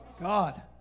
God